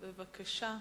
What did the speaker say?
בבקשה.